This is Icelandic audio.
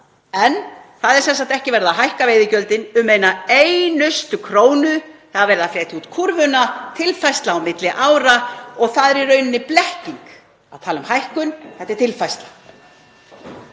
En það er sem sagt ekki verið að hækka veiðigjöldin um eina einustu krónu. Það er verið að fletja út kúrfuna, þetta er tilfærsla á milli ára og það er í rauninni blekking að tala um hækkun. Þetta er tilfærsla.